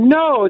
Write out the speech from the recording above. no